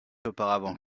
auparavant